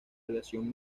aviación